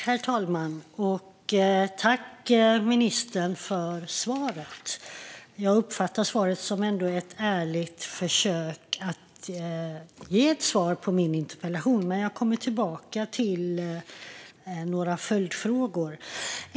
Herr talman! Tack, ministern, för svaret! Jag uppfattar det som ett ärligt försök att ge ett svar på min interpellation, men jag kommer tillbaka till några följdfrågor.